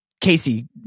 Casey